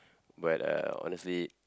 but uh honestly